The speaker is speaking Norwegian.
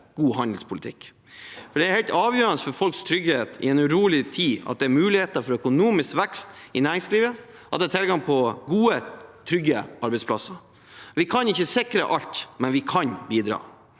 god handelspolitikk, for det er helt avgjørende for folks trygghet i en urolig tid at det er muligheter for økonomisk vekst i næringslivet, og at det er tilgang på gode, trygge arbeidsplasser. Vi kan ikke sikre alt, men vi kan bidra.